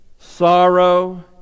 sorrow